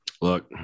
look